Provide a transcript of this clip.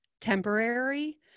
Temporary